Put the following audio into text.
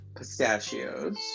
Pistachios